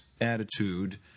attitude